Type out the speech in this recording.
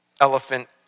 Elephant